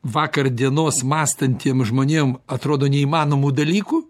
vakar dienos mąstantiem žmonėm atrodo neįmanomų dalykų